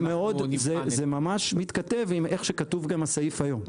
זה ממש מתכתב עם איך שכתוב הסעיף גם היום.